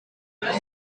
rate